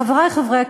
חברי חברי הכנסת,